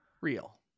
Real